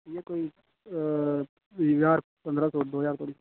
इयै कोई ज्हार पंदरां सौ दो ज्हार धोड़ी